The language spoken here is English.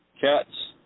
Cats